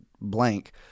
blank